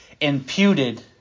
imputed